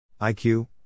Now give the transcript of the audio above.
IQ